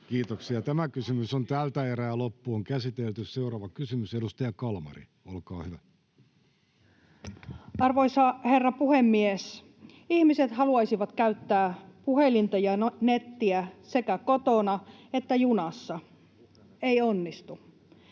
kiinnostaa. [Timo Harakka: Kasvu kiinnostaa!] Seuraava kysymys. — Edustaja Kalmari, olkaa hyvä. Arvoisa herra puhemies! Ihmiset haluaisivat käyttää puhelinta ja nettiä sekä kotona että junassa — ei onnistu.